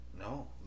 No